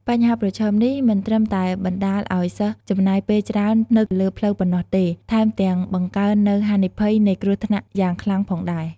បញ្ហាប្រឈមនេះមិនត្រឹមតែបណ្ដាលឱ្យសិស្សចំណាយពេលច្រើននៅលើផ្លូវប៉ុណ្ណោះទេ ថែមទាំងបង្កើននូវហានិភ័យនៃគ្រោះថ្នាក់យ៉ាងខ្លាំងផងដែរ។